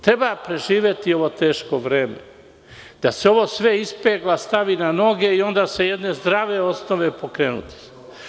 Treba preživeti ovo teško vreme, da se ovo sve ispegla, stavi na noge i onda sa jedne zdrave osnove pokrenuti se.